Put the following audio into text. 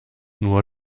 nur